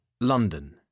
London